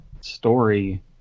story